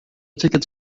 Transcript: tickets